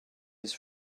his